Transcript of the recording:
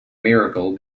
miracle